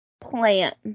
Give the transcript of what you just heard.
Plant